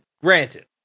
Granted